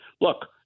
look